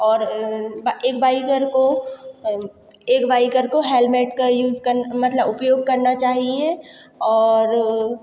और एक बाइकर को एक बाइकर को हेलमेट का यूज़ कर मतलब उपयोग करना चाहिए और